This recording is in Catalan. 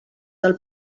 del